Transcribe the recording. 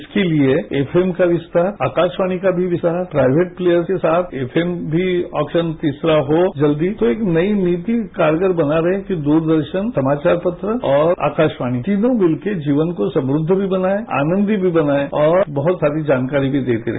इसके लिए एफएम का विस्तार आकाशवाणी का भी विस्तार प्राइवेट लेयर के साथ एफएम भी ऑपशन भी तीसरा हो जल्दी तो एक नई नीति कारगर बना रहे कि द्रदर्शन समाचार पत्र और आकाशवाणी तीनों मिलकर जीवन को समुद्द भी बनाए आनदंमयी भी बनाए और बहुत सारी जानकारी भी देते रहे